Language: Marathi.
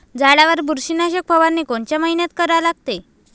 झाडावर बुरशीनाशक फवारनी कोनच्या मइन्यात करा लागते?